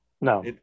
no